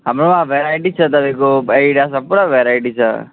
हाम्रोमा भेराइटी छ तपाईँको एडिडासमा पुरा भेराइटी छ